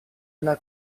una